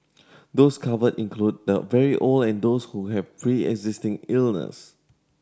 those covered include the very old and those who have preexisting illness